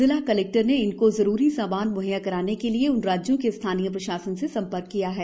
जिला कलेक्टर ने इनको जरूरी सामान मुहैया कराने के लिए उन राज्यों के स्थानीय प्रशासन से संपर्क किया है